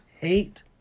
hate